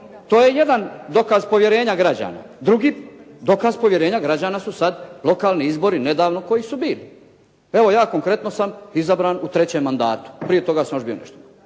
to je jedan dokaz povjerenja građana. Drugi dokaz povjerenja građana su sada lokalni izbori koji su nedavno bili. Evo ja konkretno sam izabran u trećem mandatu. Prije toga sam još bio nešto.